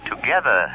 together